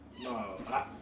No